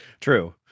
true